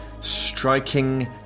striking